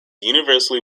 universally